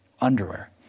underwear